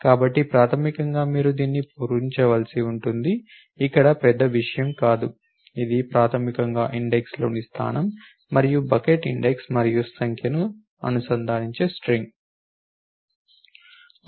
కాబట్టి ప్రాథమికంగా మీరు దీన్ని పూరించవలసినది ఇక్కడ పెద్ద విషయం కాదు ఇది ప్రాథమికంగా ఇండెక్స్లోని స్థానం మరియు బకెట్ ఇండెక్స్ మరియు సంఖ్యను అనుసంధానించే స్ట్రింగ్